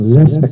Less